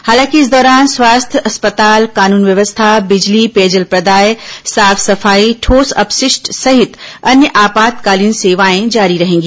हालांकि इस दौरान स्वास्थ्य अस्पताल कानून व्यवस्था बिजली पेयजल प्रदाय साफ सफाई ठोस अपशिष्ट सहित अन्य आपातकालीन सेवाएं जारी रहेंगी